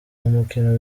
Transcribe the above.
umukino